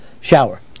shower